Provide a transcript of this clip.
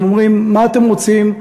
הם אומרים: מה אתם רוצים,